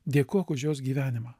dėkok už jos gyvenimą